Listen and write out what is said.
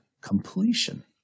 completion